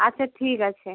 আচ্ছা ঠিক আছে